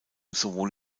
sowohl